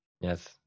Yes